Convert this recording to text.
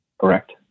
correct